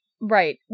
Right